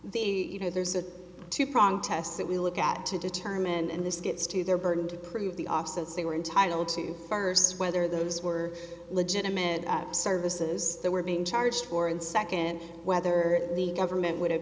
the you know there's a two prong test that we look at to determine and this gets to their burden to prove the opposite say we're entitled to first whether those were legitimate services that were being charged for and second whether the government would have